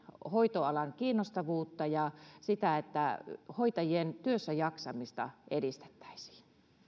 hoitoalan kiinnostavuutta ja sitä että hoitajien työssäjaksamista edistettäisiin